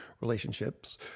relationships